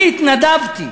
אני התנדבתי,